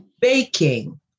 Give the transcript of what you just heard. baking